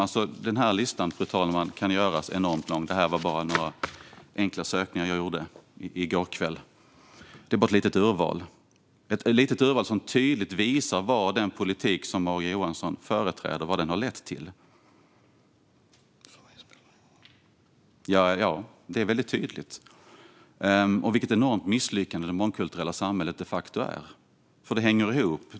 Den här listan, fru talman, kan göras enormt lång. Det här är bara ett litet urval efter några enkla sökningar som jag gjorde i går kväll. Det är ett litet urval som tydligt visar vad den politik som Morgan Johansson företräder har lett till. Det är väldigt tydligt vilket enormt misslyckande det mångkulturella samhället de facto är.